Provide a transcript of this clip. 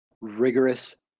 rigorous